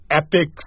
epic